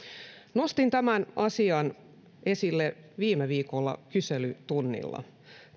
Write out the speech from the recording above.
nostin tämän asian esille viime viikolla kyselytunnilla